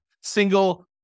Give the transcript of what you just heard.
single